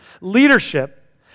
leadership